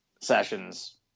Sessions